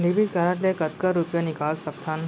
Debit card ले कतका रुपिया निकाल सकथन?